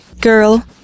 Girl